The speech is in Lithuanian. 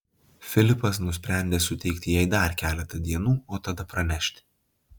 filipas nusprendė suteikti jai dar keletą dienų o tada pranešti